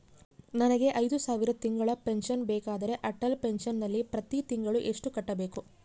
ನನಗೆ ಐದು ಸಾವಿರ ತಿಂಗಳ ಪೆನ್ಶನ್ ಬೇಕಾದರೆ ಅಟಲ್ ಪೆನ್ಶನ್ ನಲ್ಲಿ ಪ್ರತಿ ತಿಂಗಳು ಎಷ್ಟು ಕಟ್ಟಬೇಕು?